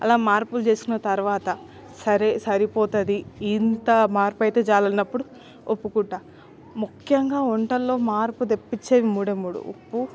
అలా మార్పులు జేసిన తర్వాత సరి సరిపోతుంది ఇంతా మార్పయితే జాలన్నప్పుడు ఒప్పుకుంటా ముఖ్యంగా వంటల్లో మార్పు దెప్పిచ్చేవి మూడే మూడు ఉప్పు